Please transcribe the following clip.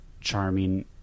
charming